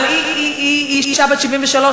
אבל היא אישה בת 73,